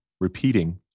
repeating